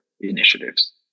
initiatives